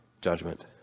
judgment